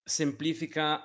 semplifica